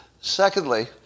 Secondly